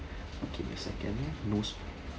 okay give me a second no spices